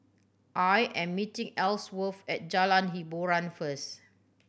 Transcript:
I am meeting Ellsworth at Jalan Hiboran first